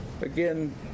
Again